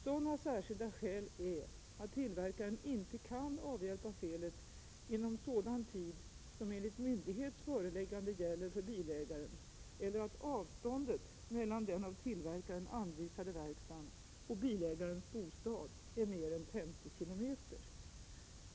Sådana särskilda skäl är att tillverkaren inte kan avhjälpa felet inom sådan tid som enligt myndighets föreläggande gäller för bilägaren eller att avståndet mellan den av tillverkaren anvisade verkstaden och bilägarens bostad är mer än 50 kilometer.